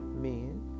men